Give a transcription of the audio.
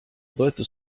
toetus